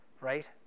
right